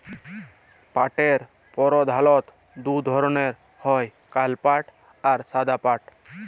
পাটের পরধালত দু ধরলের হ্যয় কাল পাট আর সাদা পাট